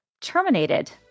terminated